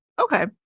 Okay